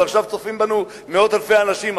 ועכשיו צופים בנו מאות אלפי אנשים,